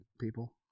people